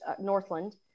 northland